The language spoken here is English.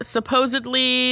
Supposedly